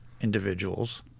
individuals